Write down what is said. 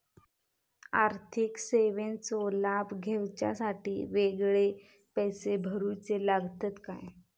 आर्थिक सेवेंचो लाभ घेवच्यासाठी वेगळे पैसे भरुचे लागतत काय?